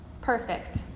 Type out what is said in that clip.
perfect